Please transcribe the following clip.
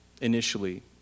initially